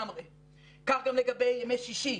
כך גם לגבי ימי שישי,